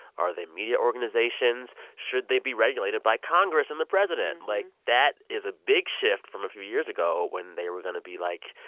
are they media organizations? should they be regulated by congress and the president? like, that is a big shift from a few years ago when they were going to be, like,